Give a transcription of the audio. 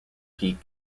peak